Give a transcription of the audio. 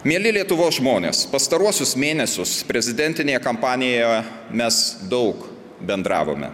mieli lietuvos žmonės pastaruosius mėnesius prezidentinėje kampanijoe mes daug bendravome